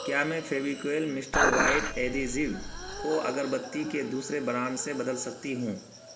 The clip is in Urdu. کیا میں فیوکویل مسٹر وائٹ ایڈیزو کو اگربتی کے دوسرے برانڈ سے بدل سکتی ہوں